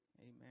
Amen